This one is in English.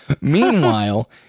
Meanwhile